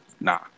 nah